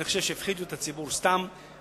אני חושב שהפחידו את הציבור סתם,